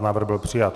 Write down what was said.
Návrh byl přijat.